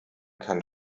kann